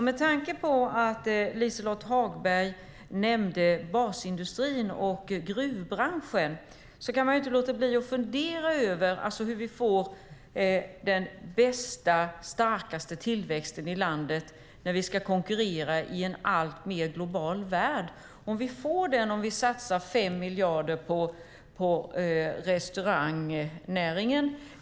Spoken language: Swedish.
Med tanke på att Liselott Hagberg nämnde basindustrin och gruvbranschen kan man inte låta bli att fundera över hur vi får den bästa och starkaste tillväxten i landet när vi ska konkurrera i en alltmer globaliserad värld. Får vi detta om vi satsar 5 miljarder på restaurangnäringen?